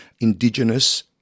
indigenous